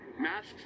Masks